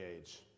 age